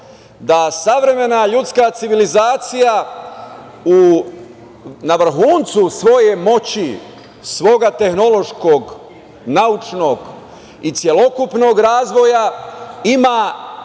da savremena ljudska civilizacija na vrhuncu svoje moći, svoga tehnološkog, naučnog i celokupnog razvoja, ima